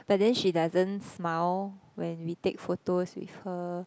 but then she doesn't smile when we take photos with her